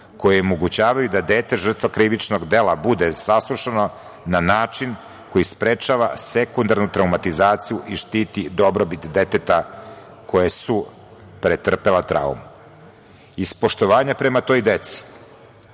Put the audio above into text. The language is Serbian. koje omogućavaju da dete žrtva krivičnog dela bude saslušano na način koji sprečava sekundarnu traumatizaciju i štiti dobrobit deteta koje su pretrpela traumu. Iz poštovanja prema toj deci